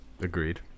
Agreed